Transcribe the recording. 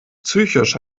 psychisch